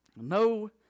no